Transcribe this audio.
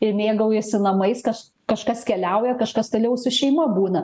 ir mėgaujasi namais kaž kažkas keliauja kažkas toliau su šeima būna